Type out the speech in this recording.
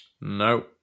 No